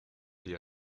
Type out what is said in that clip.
día